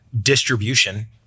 distribution